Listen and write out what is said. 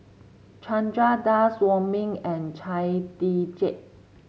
Chandra Das Wong Ming and Chia Tee Chiak